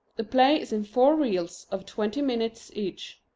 the play is in four reels of twenty minutes each.